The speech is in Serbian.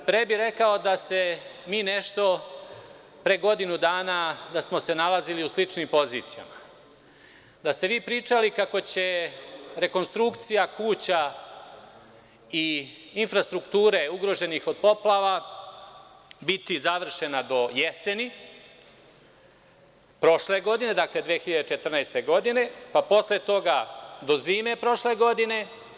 Pre bih rekao da smo se mi nešto pre godinu dana nalazili u sličnim pozicijama, da ste vi pričali kako će rekonstrukcija kuća i infrastrukture ugroženih od poplava biti završena do jeseni prošle godine, dakle 2014. godine, pa posle toga do zime prošle godine.